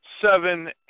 seven